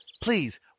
Please